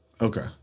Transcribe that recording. Okay